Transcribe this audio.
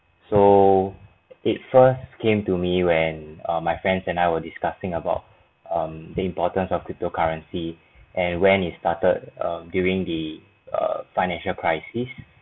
so it first came to me when err my friends and I were discussing about um the importance of cryptocurrency and when he started um during the err financial crisis